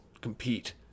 compete